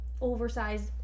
Oversized